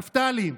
נפתלי,